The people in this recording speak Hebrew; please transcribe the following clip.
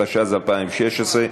התשע"ז 2016,